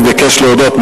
להודות.